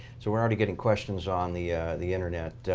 so we're already getting questions on the the internet.